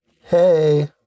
Hey